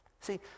See